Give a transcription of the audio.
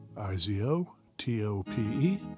I-Z-O-T-O-P-E